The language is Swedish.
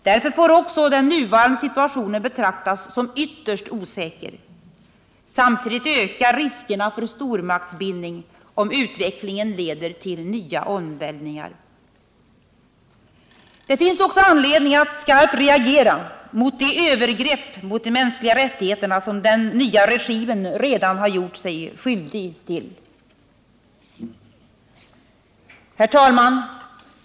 Därför får också den nuvarande situationen betraktas som ytterst osäker. Samtidigt ökar riskerna för stormaktsbindning om utvecklingen leder till nya omvälvningar. Det finns också anledning att skarpt reagera mot de övergrepp mot de mänskliga rättigheterna som den nya regimen redan har gjort sig skyldig till. Herr talman!